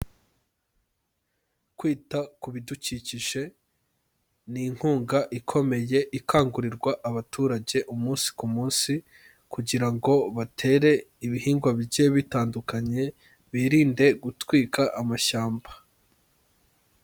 Kwita ku bidukikije, ni inkunga ikomeye ikangurirwa abaturage umunsi ku munsi kugira ngo batere ibihingwa bigiye bitandukanye, birinde gutwika amashyamba.